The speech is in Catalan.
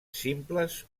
simples